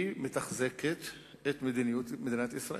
היא מתחזקת את מדינת ישראל,